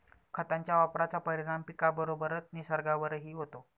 खतांच्या वापराचा परिणाम पिकाबरोबरच निसर्गावरही होतो